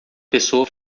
pessoa